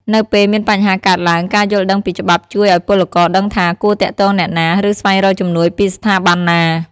នៅពេលមានបញ្ហាកើតឡើង ការយល់ដឹងពីច្បាប់ជួយឱ្យពលករដឹងថាគួរទាក់ទងអ្នកណា ឬស្វែងរកជំនួយពីស្ថាប័នណា។